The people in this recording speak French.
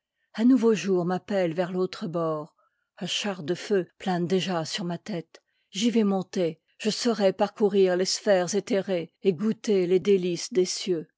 un nouveau jour m'appelle vers l'autre bord un char de feu plane déjà sur ma tête j'y vais monter je saurai parcourir les sphères éthérées et goûter les délices des cieux